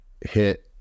hit